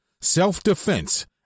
self-defense